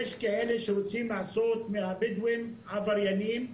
יש כאלה שרוצים לעשות מהבדואים עבריינים.